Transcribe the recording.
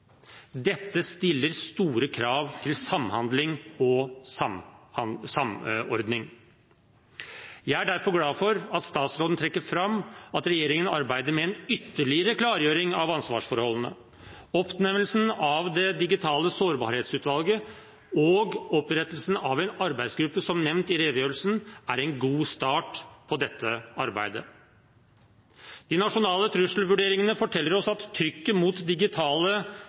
Dette stiller store krav til samhandling og samordning. Jeg er derfor glad for at statsråden trekker fram at regjeringen arbeider med en ytterligere klargjøring av ansvarsforholdene. Oppnevnelsen av det digitale sårbarhetsutvalget og opprettelsen av en arbeidsgruppe, som nevnt i redegjørelsen, er en god start på dette arbeidet. De nasjonale trusselvurderingene forteller oss at trykket mot digitale